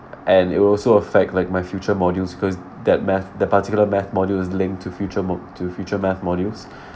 and it will also affect like my future modules cause that math the particular math modules linked to future math to future math modules